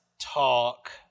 talk